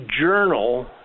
journal